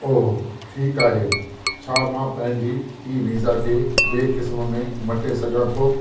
ओह ठीकु आहे छा मां पंहिंजी ई वीज़ा खे ॿिए किस्मु में मटे सघां थो